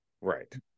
Right